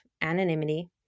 anonymity